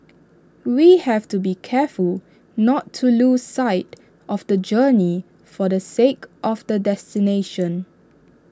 we have to be careful not to lose sight of the journey for the sake of the destination